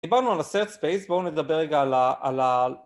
דיברנו על Assert Space, בואו נדבר רגע על ה...